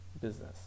business